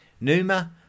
Numa